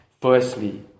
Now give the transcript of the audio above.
firstly